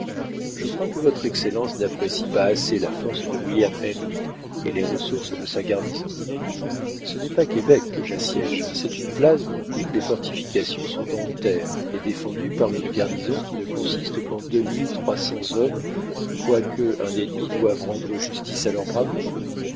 je crois que votre excellence n'apprécie pas assez la force de william henry et les ressources de sa garnison ce n'est pas québec que j'assiège c'est une place dont toutes les fortifications sont en terre et défendue par une garnison qui ne consiste qu'en deux mille trois cents hommes quoique un ennemi doive rendre justice à leur bravoure